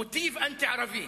מוטיב אנטי-ערבי.